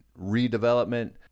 redevelopment